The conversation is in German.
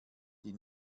die